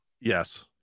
Yes